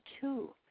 two